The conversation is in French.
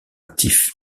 actif